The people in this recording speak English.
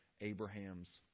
Abraham's